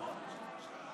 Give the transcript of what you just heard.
בבקשה.